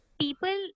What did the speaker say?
People